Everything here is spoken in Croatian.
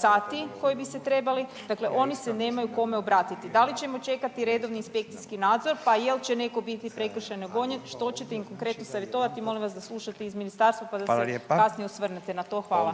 sati koji bi se trebali, dakle oni se nemaju kome obratiti. Da li ćemo čekati redovni inspekcijski nadzor, pa jel će netko biti prekršajno gonjen što ćete im konkretno savjetovati i molimo da slušate ih ministarstva …/Upadica: Hvala lijepa./… pa da se kasnije osvrnete na to. Hvala.